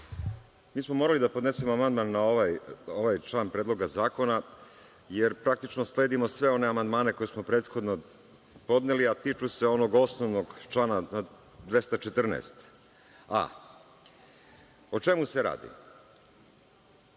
Mi smo morali da podnesemo amandman na ovaj član Predloga zakona, jer praktično sledimo sve one amandmane koje smo prethodno podneli, a tiču se onog osnovnog člana 214a. O čemu se radi?